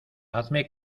hazme